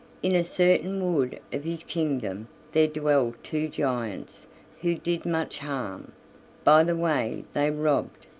in a certain wood of his kingdom there dwelled two giants who did much harm by the way they robbed,